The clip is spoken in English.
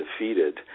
defeated